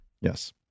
Yes